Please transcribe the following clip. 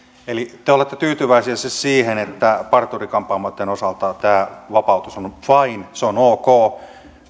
eli te olette tyytyväisiä siis siihen että parturi kampaamoitten osalta tämä vapautus on on fine se on ok